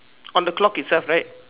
on the clock itself right